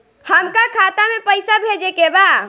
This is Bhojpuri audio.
हमका खाता में पइसा भेजे के बा